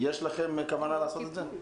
יש לכם כוונה לעשות את זה?